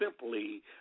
simply –